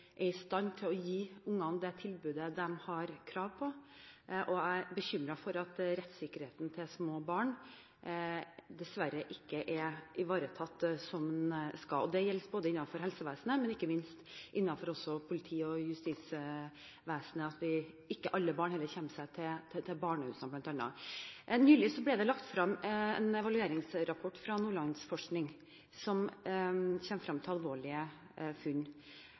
er i stand til å gi barna det tilbudet de har krav på, og jeg er bekymret for at rettssikkerheten til små barn dessverre ikke er ivaretatt som den skal. Det gjelder innenfor helsevesenet, men ikke minst også innenfor politi og justisvesenet, ved at ikke alle barn heller kommer til barnehusene, bl.a. Nylig ble det lagt frem en evalueringsrapport fra Nordlandsforskning, som kom frem til alvorlige funn.